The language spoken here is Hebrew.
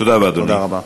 תודה רבה.